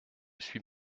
suis